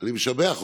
אני משבח אותך.